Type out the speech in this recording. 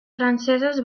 franceses